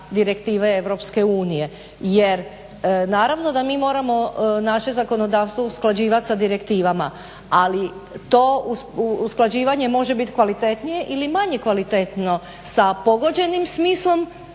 direktive Europske unije. Jer naravno da mi moramo naše zakonodavstvo usklađivati sa direktivama ali to usklađivanje može biti kvalitetnije ili manje kvalitetno sa pogođenim smislom